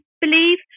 believe